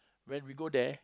when we go there